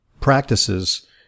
practices